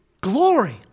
glory